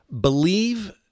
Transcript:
Believe